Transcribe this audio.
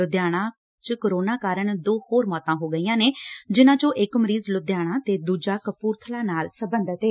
ਲੁਧਿਆਣਾ 'ਚ ਕੋਰੋਨਾ ਕਾਰਨ ਦੋ ਹੋਰ ਮੌਤਾਂ ਹੋ ਗਈਆਂ ਨੇ ਜਿਨ੍ਹਾਂ ਚੋਂ ਇਕ ਮਰੀਜ ਲੁਧਿਆਣਾ ਤੇ ਦੂਜਾ ਕਪੂਰਥਲਾ ਨਾਲ ਸਬੰਧਤ ਏ